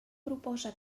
proposa